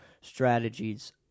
strategies